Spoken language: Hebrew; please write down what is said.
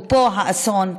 ופה האסון,